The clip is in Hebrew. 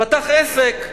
פתח עסק.